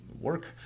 work